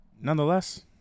nonetheless